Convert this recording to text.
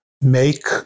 make